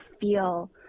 feel